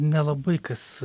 nelabai kas